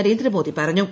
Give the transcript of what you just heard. നരേന്ദ്രമോദി പറഞ്ഞു